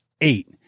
Eight